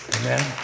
Amen